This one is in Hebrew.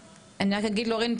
אני אקרא את סיכום הדיון כדי